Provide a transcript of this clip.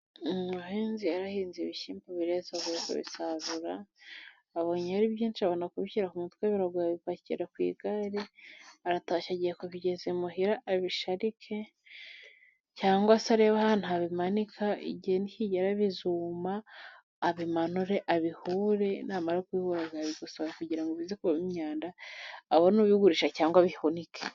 Umuhinzi yarahinze ibishyimbo bireze avuye kubisarura. Abonye ari byinshi abona kubishyira ku mutwe biragoye. Abipakira ku igare aratashye. Agiye kubigeza imuhira, abisharike cyangwa se arebe ahantu abimanika. Igihe nikigera bizuma abimanure, abihure. Namara kubihura, azabigosora, kugira ngo bize kuvamo imyanda, abone ububigurisha cyangwa abihunike.